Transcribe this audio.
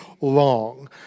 long